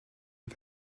and